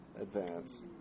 advance